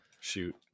shoot